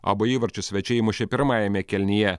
abu įvarčius svečiai įmušė pirmajame kėlinyje